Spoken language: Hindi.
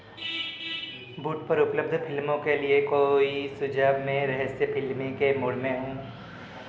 बूट पर उपलब्ध फिल्मों के लिए कोई सुझाव मैं रहस्य फिल्मों के मूड में हूँ